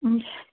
हुन्छ